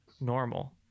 normal